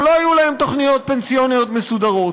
אבל לא היו להם תוכניות פנסיוניות מסודרות.